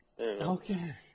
Okay